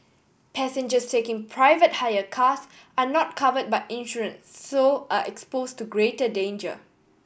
passengers taking private hire cars are not covered by insurance so are expose to greater danger